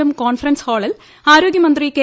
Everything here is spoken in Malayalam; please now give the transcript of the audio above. എം കോൺഫറൻസ് ഹാളിൽ ആരോഗ്യമന്ത്രി കെ